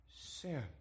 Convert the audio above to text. sin